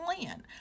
plan